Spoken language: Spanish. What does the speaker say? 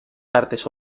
artes